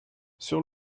sur